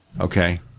Okay